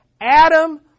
Adam